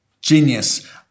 Genius